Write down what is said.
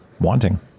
wanting